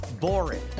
boring